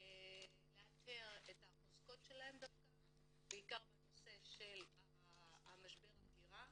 לאתר את החוזקות שלהן בעיקר בנושא של משבר ההגירה,